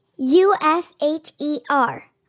U-S-H-E-R